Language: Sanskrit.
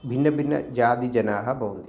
भिन्न भिन्न जातिजनाः भवन्ति